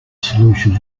solution